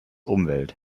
umwelt